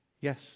yes